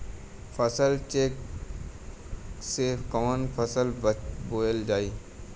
फसल चेकं से कवन फसल बोवल जाई?